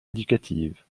éducative